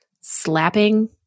slapping